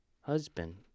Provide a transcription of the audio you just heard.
husband